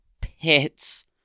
pits